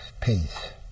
peace